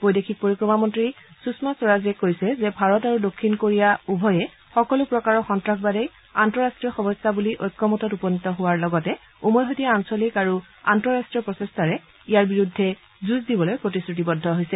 বৈদেশিক পৰিক্ৰমা মন্ত্ৰী সুষমা স্বৰাজে কৈছে যে ভাৰত আৰু দক্ষিণ কোৰিয়া উভয়ে সকলো প্ৰকাৰৰ সন্তাসবাদেই আন্তঃৰাষ্ট্ৰীয় সমস্যা বুলি ঐক্যমতত উপনীত হোৱাৰ লগতে উমৈহতীয়া আঞ্চলিক আৰু আন্তঃৰাষ্ট্ৰীয় প্ৰচেষ্টাৰে ইয়াৰ বিৰুদ্ধে যুঁজ দিবলৈ প্ৰতিশ্ৰুতিবদ্ধ হৈছে